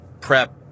prep